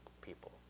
people